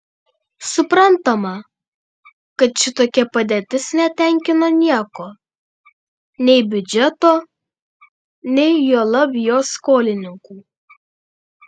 suprantama kad šitokia padėtis netenkino nieko nei biudžeto nei juolab jo skolininkų